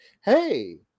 hey